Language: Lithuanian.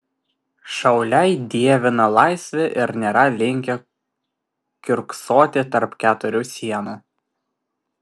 šauliai dievina laisvę ir nėra linkę kiurksoti tarp keturių sienų